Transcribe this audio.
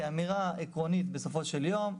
כאמירה עקרונית בסופו של יום,